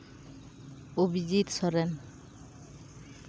Abhijit Soren